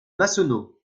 massonneau